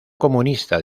comunista